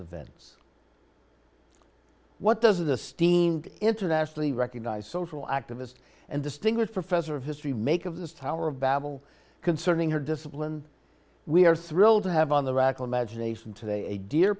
events what does the steamed internationally recognized social activist and distinguished professor of history make of this tower of babble concerning her discipline we are thrilled to have on the radical imagination today a de